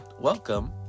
Welcome